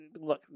look